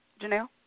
Janelle